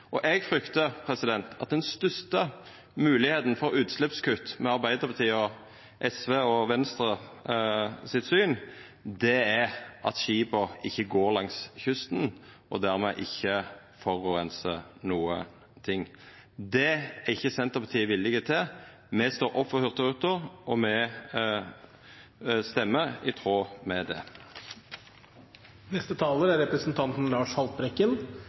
Eg fryktar at den største moglegheita for utsleppskutt med Arbeidarpartiet, SV og Venstre sitt syn er at skipa ikkje går langs kysten og dermed ikkje forureinar nokon ting. Det er ikkje Senterpartiet villige til. Me står opp for hurtigruta, og me røystar i tråd med det. I framtiden må vi frakte oss og varene våre uten utslipp. Da er